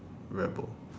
rebelled